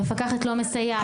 המפקחת לא מסייעת.)